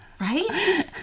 Right